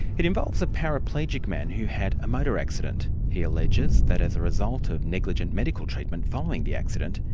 it involves a paraplegic man who had a motor accident. he alleges that as a result of negligent medical treatment following the accident,